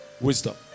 Wisdom